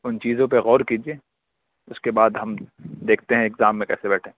ان چیزوں پہ غور کیجیے اس کے بعد ہم دیکھتے ہیں اگزام میں کیسے بیٹھیں